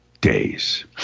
days